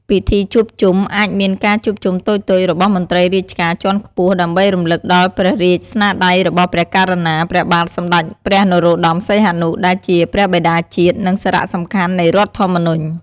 ពិធីជួបជុំ អាចមានការជួបជុំតូចៗរបស់មន្ត្រីរាជការជាន់ខ្ពស់ ដើម្បីរំលឹកដល់ព្រះរាជស្នាដៃរបស់ព្រះករុណា ព្រះបាទសម្តេចព្រះនរោត្តម សីហនុ ដែលជាព្រះបិតាជាតិ និងសារៈសំខាន់នៃរដ្ឋធម្មនុញ្ញ។